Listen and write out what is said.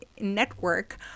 network